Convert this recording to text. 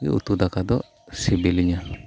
ᱩᱛᱩ ᱫᱟᱠᱟ ᱫᱚ ᱥᱮᱹᱵᱮᱹᱞᱤᱧᱟ